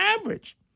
average